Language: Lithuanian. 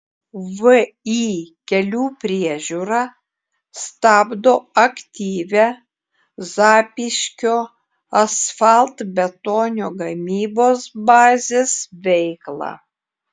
vį kelių priežiūra stabdo aktyvią zapyškio asfaltbetonio gamybos bazės veiklą